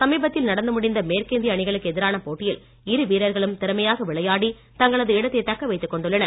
சமீபத்தில் நடந்து முடிந்த மேற்கிந்திய அணிகளுக்கு எதிரான போட்டியில் இரு வீரர்களும் திறமையாக விளையாடி தங்களது இடத்தை தக்க வைத்துக் கொண்டுள்ளனர்